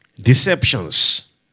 Deceptions